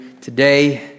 Today